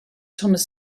thomas